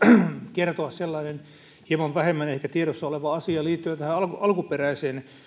kertoa sellainen ehkä hieman vähemmän tiedossa oleva asia liittyen tähän alkuperäiseen